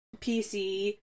PC